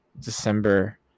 December